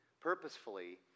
purposefully